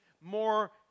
more